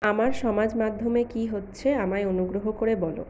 আমার সমাজ মাধ্যমে কি হচ্ছে আমায় অনুগ্রহ করে বলো